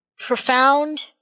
Profound